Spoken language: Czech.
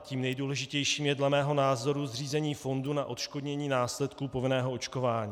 Tím nejdůležitějším je dle mého názoru zřízení fondu na odškodnění následků povinného očkování.